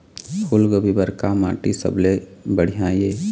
फूलगोभी बर का माटी सबले सबले बढ़िया ये?